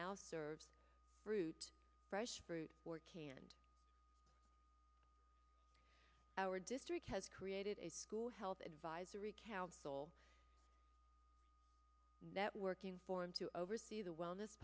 now serve fruit fresh fruit or canned our district has created a school health advisory council networking forum to oversee the wellness